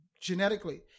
genetically